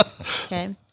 Okay